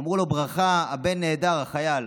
אמרו לו: ברכה, הבן נעדר, החייל.